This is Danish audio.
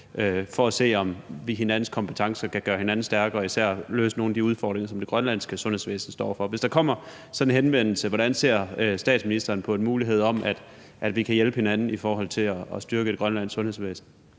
for at se, om vi via hinandens kompetencer kan gøre hinanden stærkere og især løse nogle af de udfordringer, som det grønlandske sundhedsvæsen står over for. Hvis der kommer sådan en henvendelse, hvordan ser statsministeren på muligheden for, at vi kan hjælpe hinanden med at styrke det grønlandske sundhedsvæsen?